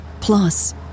Plus